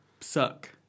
suck